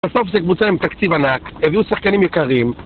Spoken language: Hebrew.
בסוף זה קבוצה עם תקציב ענק, הביאו שחקנים יקרים